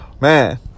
Man